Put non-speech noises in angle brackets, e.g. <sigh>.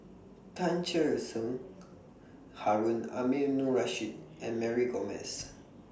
Tan Cher Sen <noise> Harun Aminurrashid and Mary Gomes